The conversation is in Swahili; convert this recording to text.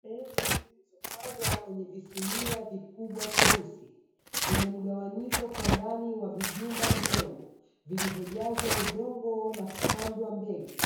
Mbegu zilizopandwa kwenye visinia vikubwa vyeusi vyenye mgawanyiko kwa ndani wa vijumba vidogo, vilivyojazwa udongo na kupandwa mbegu;